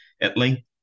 Italy